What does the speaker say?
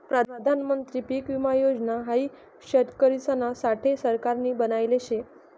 प्रधानमंत्री पीक विमा योजना हाई शेतकरिसना साठे सरकारनी बनायले शे